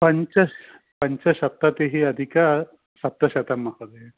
पञ्च पञ्चसप्ततिः अधिक सप्तशतं महोदये